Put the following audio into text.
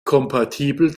kompatibel